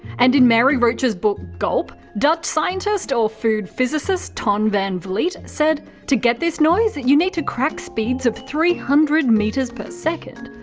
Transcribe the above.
and in mary roach's book gulp, dutch scientist or food physicist ton van vliet said, to get this noise, you need to crack speeds of three hundred metres per second.